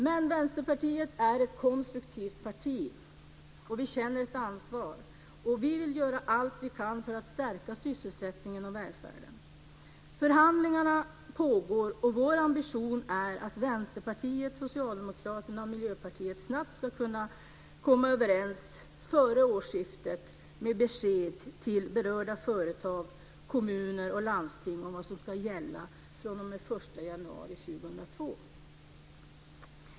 Men Vänsterpartiet är ett konstruktivt parti, och vi känner ett ansvar. Vi vill göra allt vi kan för att stärka sysselsättningen och välfärden. Förhandlingar pågår. Vår ambition är att Vänsterpartiet, Socialdemokraterna och Miljöpartiet ska kunna komma överens före årsskiftet med besked till berörda företag, kommuner och landsting om vad som ska gälla från den 1 januari 2002.